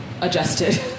adjusted